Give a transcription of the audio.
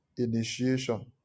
initiation